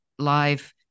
live